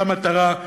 ומחיר המטרה,